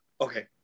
Okay